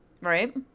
right